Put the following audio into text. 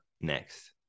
next